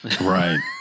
right